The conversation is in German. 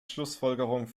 schlussfolgerung